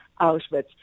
Auschwitz